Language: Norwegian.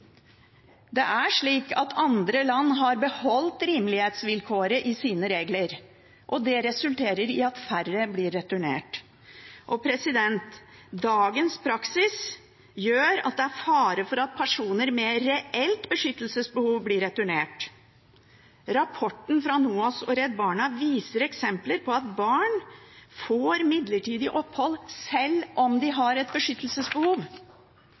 Det er slik at andre land har beholdt rimelighetsvilkåret i sine regler, og det resulterer i at færre blir returnert. Dagens praksis gjør at det er fare for at personer med reelt beskyttelsesbehov blir returnert. Rapporten fra NOAS og Redd Barna viser eksempler på at barn får midlertidig opphold, selv om de har et beskyttelsesbehov.